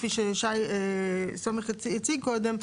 כפי ששי סומך הציג קודם,